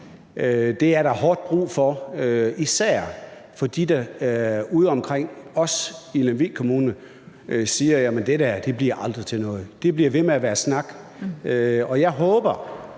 Det er der hårdt brug for, især for dem, der udeomkring, også i Lemvig Kommune, siger, at det aldrig bliver til noget; at det bliver ved med at være snak. Med den